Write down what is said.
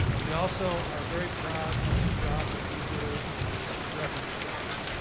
we also are very proud of the job that we do in reference checking.